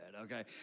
okay